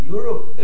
Europe